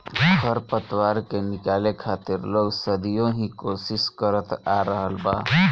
खर पतवार के निकाले खातिर लोग सदियों ही कोशिस करत आ रहल बा